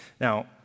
Now